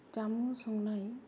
जामुं संनाय